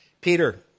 Peter